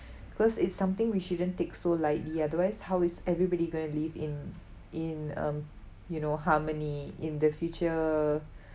cause it's something we shouldn't take so lightly otherwise how is everybody going to live in in um you know harmony in the future